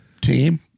team